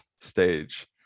stage